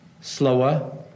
slower